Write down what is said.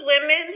women